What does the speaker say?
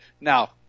Now